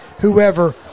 whoever